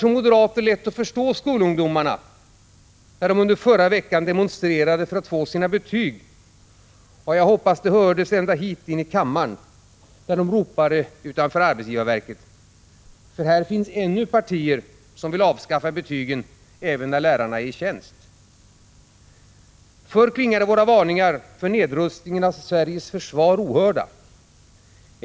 Som moderater har vi lätt att förstå de skolungdomar som demonstrerade under förra veckan för att få sina betyg. Och jag hoppas att det hördes ända in hit i kammaren, när de ropade utanför arbetsgivarverket. Här finns det ännu partier som vill avskaffa betygen, även när läraren är i tjänst. Förr klingade våra varningar för nedrustningen av Sveriges försvar ohörda.